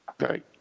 Right